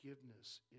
forgiveness